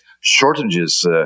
shortages